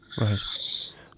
Right